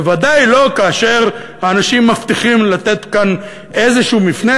בוודאי לא כאשר אנשים מבטיחים לתת כאן איזה מפנה,